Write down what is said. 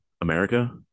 america